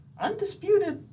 undisputed